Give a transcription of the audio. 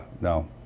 no